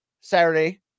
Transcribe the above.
Saturday